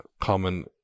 common